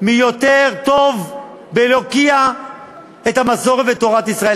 מי יותר טוב בלהוקיע את המסורת ואת תורת ישראל,